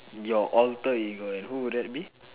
your alter ego and who will that be